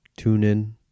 TuneIn